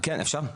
כן, אפשר?